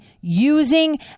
using